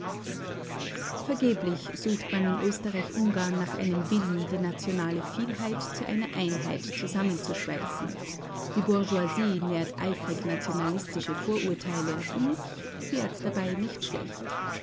vergeblich sucht man in österreich-ungarn nach einem willen die nationale vielheit zu einer einheit zusammenzuschweißen die bourgeoisie nährt eifrig nationalistische vorurteile und fährt dabei nicht schlecht